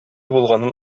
булганын